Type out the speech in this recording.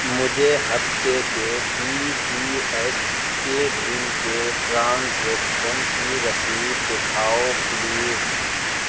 مجھے ہفتہ کے ڈی ٹی ایچ کے بل کے ٹرانزیکشن کی رسید دکھاؤ پلیز